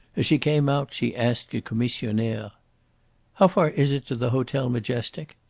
as she came out she asked a commissionaire how far is it to the hotel majestic?